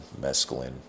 mescaline